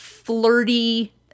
Flirty